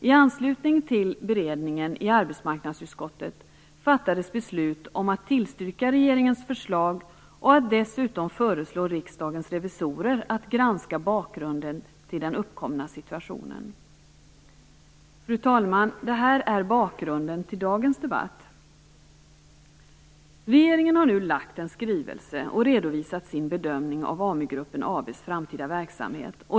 I anslutning till beredningen i arbetsmarknadsutskottet fattades beslut om att tillstyrka regeringens förslag och att dessutom föreslå Riksdagens revisorer att granska bakgrunden till den uppkomna situationen. Fru talman! Detta är bakgrunden till dagens debatt. Regeringen har nu lagt fram en skrivelse och redovisat sin bedömning av AmuGruppen AB:s framtida verksamhet.